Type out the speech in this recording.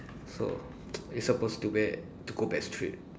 so it's supposed to where to go back straight